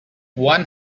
one